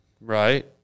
Right